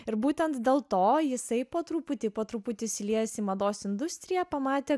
ir būtent dėl to jisai po truputį po truputį įsiliejantis į mados industriją pamatė